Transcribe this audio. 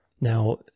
Now